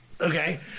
okay